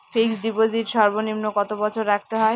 Fixed deposit সর্বনিম্ন কত বছর রাখতে হয়?